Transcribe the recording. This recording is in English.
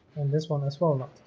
and this one is followed oh